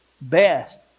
best